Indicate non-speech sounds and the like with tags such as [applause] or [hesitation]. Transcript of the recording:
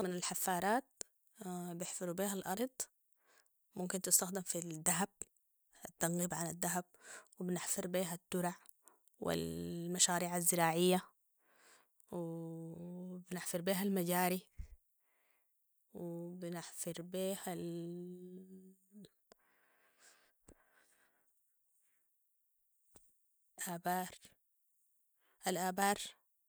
من الحفارات [hesitation] بيحفروا بيها الارض ممكن تستخدم في الدهب ، التنغيب عن الدهب وبنحفر بيها الترع والمشاريع الزراعية و [hesitation] بنحفر بيها المجاري وبنحفر بيها [hesitation] الابار الابار